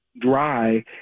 dry